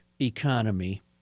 economy